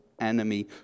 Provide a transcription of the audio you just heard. enemy